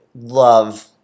love